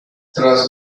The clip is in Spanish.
tras